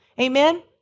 Amen